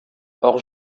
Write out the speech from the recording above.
hors